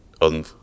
on